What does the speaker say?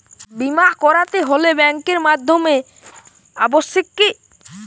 বিমা করাতে হলে ব্যাঙ্কের মাধ্যমে করা আবশ্যিক কি?